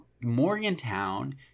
Morgantown